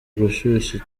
gushyushya